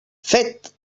fet